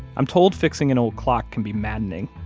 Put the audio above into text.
i'm told fixing an old clock can be maddening.